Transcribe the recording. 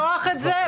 את רוצה לפתוח את זה?